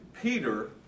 Peter